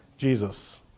Jesus